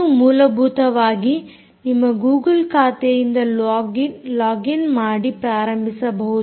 ನೀವು ಮೂಲಭೂತವಾಗಿ ನಿಮ್ಮ ಗೂಗುಲ್ ಖಾತೆಯಿಂದ ಲೊಗ್ ಇನ್ ಮಾಡಿ ಪ್ರಾರಂಭಿಸಬಹುದು